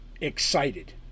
excited